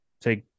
Take